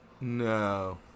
No